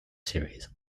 series